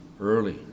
early